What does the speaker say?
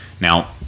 now